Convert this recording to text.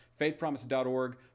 FaithPromise.org